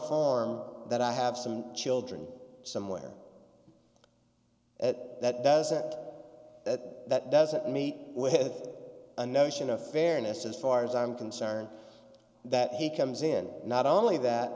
farm that i have some children somewhere that doesn't that that doesn't meet with a notion of fairness as far as i'm concerned that he comes in not only that